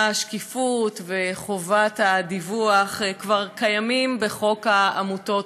השקיפות וחובת הדיווח כבר קיימות בחוק העמותות.